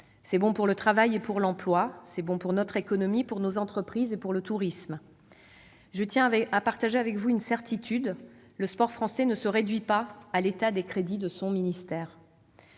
c'est bon pour le travail et l'emploi, c'est bon pour notre économie, pour nos entreprises et pour le tourisme. Je tiens à partager avec vous une certitude : le sport français ne se réduit pas à l'état des crédits de son ministère.